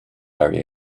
very